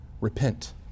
Repent